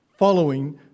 following